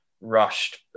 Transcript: rushed